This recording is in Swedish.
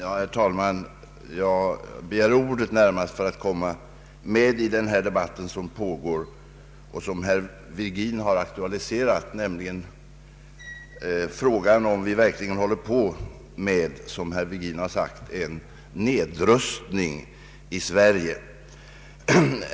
Herr talman! Jag begärde ordet närmast för att komma med i den debatt som pågår och som herr Virgin har aktualiserat, nämligen frågan om vi verk ligen håller på med — som herr Virgin uttryckte sig — en nedrustning i Sverige.